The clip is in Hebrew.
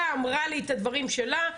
באה ואמרה לי את הדברים שלה,